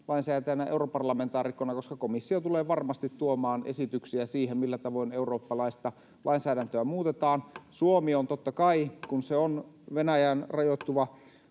lainsäätäjänä ja europarlamentaarikkona, koska komissio tulee varmasti tuomaan esityksiä siihen, millä tavoin eurooppalaista lainsäädäntöä muutetaan. Suomi on, totta